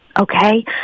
okay